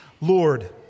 Lord